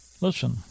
Listen